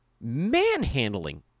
manhandling